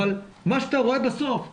אבל מה שאתה רואה בסוף במרפאות,